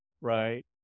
Right